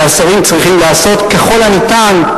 והשרים צריכים לעשות ככל הניתן,